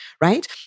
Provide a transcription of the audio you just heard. right